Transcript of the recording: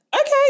okay